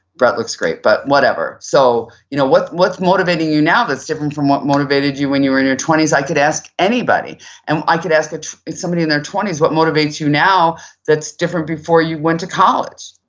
brett looks great but whatever. so you know what's motivating you now that's different from what motivated you when you were in your twenty s? i could ask anybody and i could ask ah somebody in their twenty s what motivates you now that's different before you went to college?